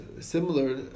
similar